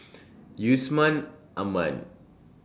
Yusman Aman